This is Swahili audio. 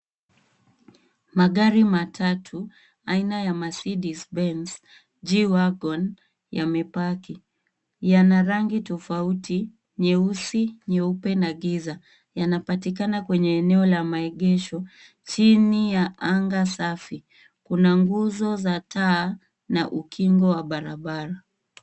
Magari matatu, aina ya Mercedes Benz G-Wagon yamepaki. Yana rangi tofauti, nyeusi, nyeupe na giza. Yanapatikana kwenye eneo la maegesho chini ya anga safi. Kuna nguzo za taa na ukingo wa barabara.